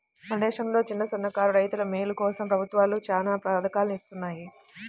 మన దేశంలో చిన్నసన్నకారు రైతుల మేలు కోసం ప్రభుత్వాలు చానా పథకాల్ని ఇత్తన్నాయి